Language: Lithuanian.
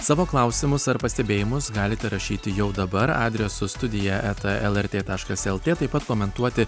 savo klausimus ar pastebėjimus galite rašyti jau dabar adresu studija eta lrt taškas lt taip pat komentuoti